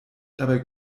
dabei